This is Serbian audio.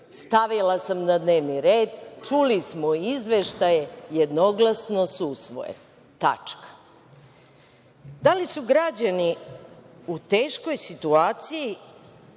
stavila sam na dnevni red, čuli smo izveštaje i jednoglasno su usvojeni. Tačka. Da li su građani u teškoj situaciji